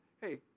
Hey